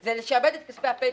זה לשעבד את כספי הפנסיה.